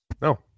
No